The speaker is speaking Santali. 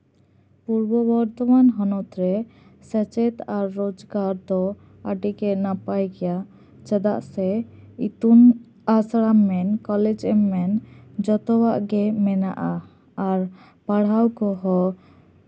ᱯᱩᱨᱵᱚ ᱵᱚᱨᱫᱷᱚᱢᱟᱱ ᱦᱚᱱᱚᱛ ᱨᱮ ᱥᱮᱪᱮᱫ ᱟᱨ ᱨᱳᱡᱽᱜᱟᱨ ᱫᱚ ᱟᱹᱰᱤᱜᱮ ᱱᱟᱯᱟᱭ ᱜᱮᱭᱟ ᱪᱮᱫᱟᱜ ᱥᱮ ᱤᱛᱩᱱ ᱟᱥᱲᱟᱢ ᱢᱮᱱ ᱠᱚᱞᱮᱡᱽ ᱮᱢ ᱢᱮᱱ ᱡᱚᱛᱚᱣᱟᱜ ᱜᱮ ᱢᱮᱱᱟᱜᱼᱟ ᱟᱨ ᱯᱟᱲᱦᱟᱣ ᱠᱚᱦᱚᱸ